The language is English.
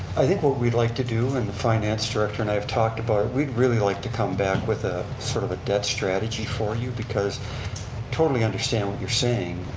i think what we'd like to do, and the finance director and i have talked about it, we'd really like to come back with ah sort of a debt strategy for you because totally understand what you're saying.